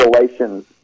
relations